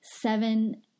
Seven